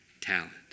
talent